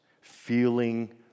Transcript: feeling